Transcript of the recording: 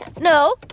no